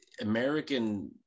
American